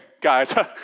Guys